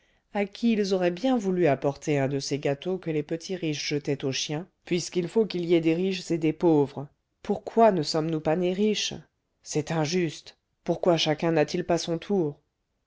à qui ils auraient bien voulu apporter un de ces gâteaux que les petits riches jetaient aux chiens puisqu'il faut qu'il y ait des riches et des pauvres pourquoi ne sommes-nous pas nés riches c'est injuste pourquoi chacun n'a-t-il pas son tour